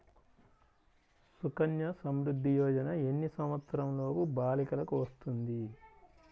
సుకన్య సంవృధ్ది యోజన ఎన్ని సంవత్సరంలోపు బాలికలకు వస్తుంది?